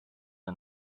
and